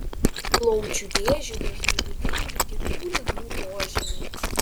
plaučių vėžiui dažnai būdingi kitų ligų požymiai